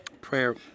prayer